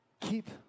Keep